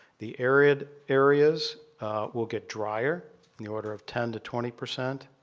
the arid areas will get drier in the order of ten to twenty percent.